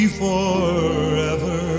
forever